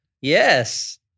Yes